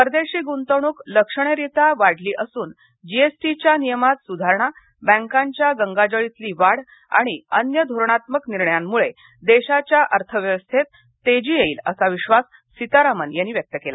परदेशी गुंतवणूक लक्षणीयरित्या वाढली असून जी एस टीच्या नियमांत सुधारणा बँकांच्या गंगाजळीतली वाढ आणि अन्य धोरणात्मक निर्णयांमुळे देशाच्या अर्थव्यवस्थेत तेजी येईल असा विश्वास सीतारामन यांनी व्यक्त केला